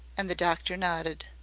and the doctor nodded.